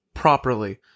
properly